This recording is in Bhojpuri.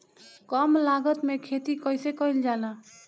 कम लागत में खेती कइसे कइल जाला?